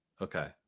okay